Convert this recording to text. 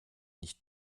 nicht